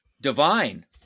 divine